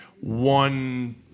one